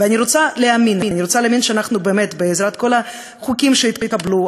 אני רוצה להאמין שבעזרת כל החוקים שהתקבלו,